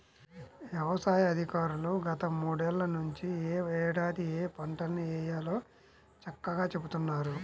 యవసాయ అధికారులు గత మూడేళ్ళ నుంచి యే ఏడాది ఏయే పంటల్ని వేయాలో చక్కంగా చెబుతున్నారు